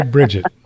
Bridget